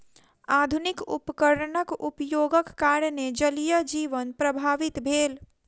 आधुनिक उपकरणक उपयोगक कारणेँ जलीय जीवन प्रभावित भेल